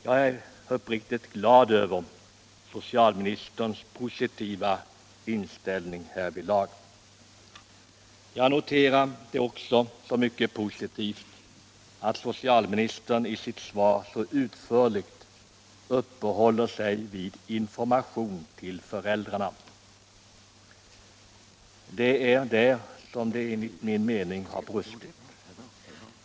Jag är uppriktigt glad över socialministerns positiva inställning härvidlag. Jag noterar det också som mycket positivt att socialministern i sitt svar så utförligt uppehåller sig vid informationen till föräldrarna. Det är där som det enligt min mening har brustit.